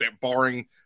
barring